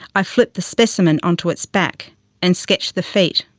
i flipped the specimen onto its back and sketched the feet,